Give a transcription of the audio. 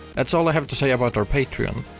that's all i have to say about our patreon.